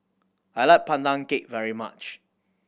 I like Pandan Cake very much